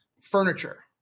Furniture